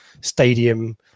stadium